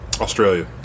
Australia